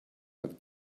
have